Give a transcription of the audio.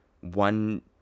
one